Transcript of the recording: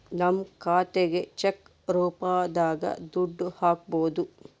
ನಮ್ ಖಾತೆಗೆ ಚೆಕ್ ರೂಪದಾಗ ದುಡ್ಡು ಹಕ್ಬೋದು